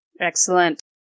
Excellent